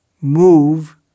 move